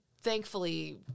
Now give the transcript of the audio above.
thankfully